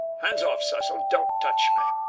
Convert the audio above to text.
hands off, cecil. don't touch me.